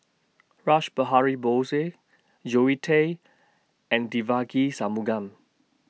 Rash Behari Bose Zoe Tay and Devagi Sanmugam